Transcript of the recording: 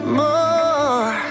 more